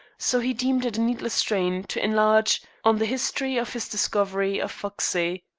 so he deemed it a needless strain to enlarge on the history of his discovery of foxey.